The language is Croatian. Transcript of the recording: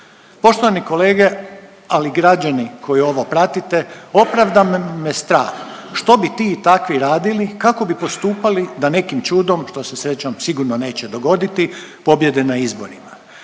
Poštovani kolege, ali i građani koji ovo pratite opravdano me strah što bi ti i takvi radili, kako bi postupali da nekim čudom, što se srećom sigurno neće dogoditi, pobijede na izborima?